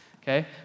Okay